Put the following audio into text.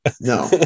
No